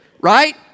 right